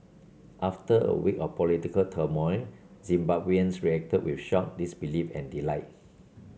after a week of political turmoil Zimbabweans reacted with shock disbelief and delight